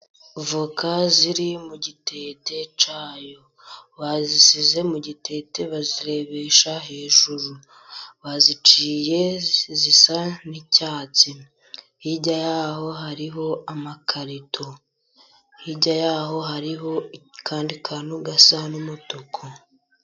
Avoka ziri mu gitete cyayo bazisize mu gitete bazirebesha hejuru, baziciye zisa n'icyatsi, hirya y'aho hariho amakarito, hirya y'aho hariho akandi kantu gasa n'umutuku.